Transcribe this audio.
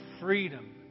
freedom